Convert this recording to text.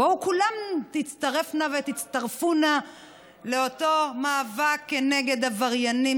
בואו כולם תצטרפנה ותצטרפו לאותו מאבק נגד עבריינים